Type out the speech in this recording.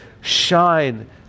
shine